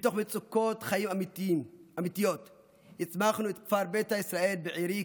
מתוך מצוקות חיים אמיתיות הצמחנו את כפר ביתא ישראל בעירי,